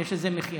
יש לזה מחיר.